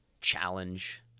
challenge